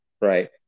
Right